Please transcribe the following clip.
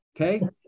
Okay